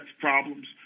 problems